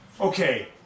Okay